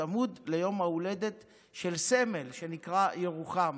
צמוד ליום ההולדת של סמל שנקרא "ירוחם".